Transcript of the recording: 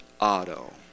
Auto